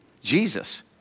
Jesus